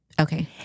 Okay